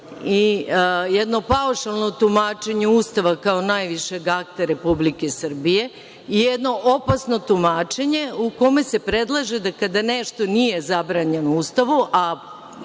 i jedno paušalno tumačenje Ustava kao najvišeg akta Republike Srbije je jedno opasno tumačenje u kome se predlaže da kada nešto nije zabranjeno u Ustavu,